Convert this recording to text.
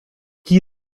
chi